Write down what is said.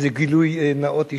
איזה גילוי נאות אישי: